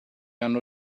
hanno